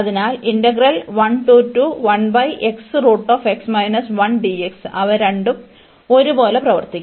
അതിനാൽ ഇന്റഗ്രൽ അവ രണ്ടും ഒരേപോലെ പ്രവർത്തിക്കും